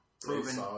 proven